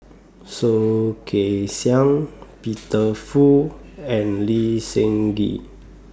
Soh Kay Siang Peter Fu and Lee Seng Gee